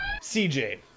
CJ